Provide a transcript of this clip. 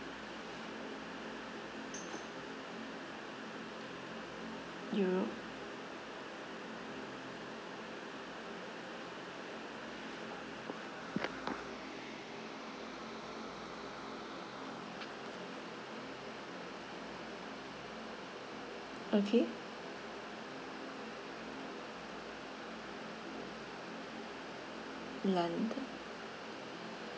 you okay london